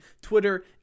Twitter